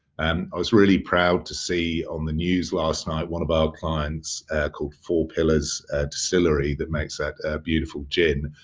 um i was really proud to see on the news last night one of our clients called four pillars ah distillery that makes that beautiful gin.